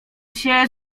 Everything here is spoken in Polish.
się